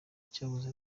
cyahoze